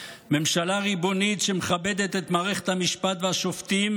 ממשלה ריבונית שמכבדת את מערכת המשפט והשופטים,